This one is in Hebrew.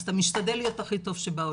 אז אתה משתדל להיות הכי טוב שבעולם,